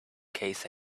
case